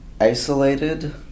isolated